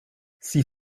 sie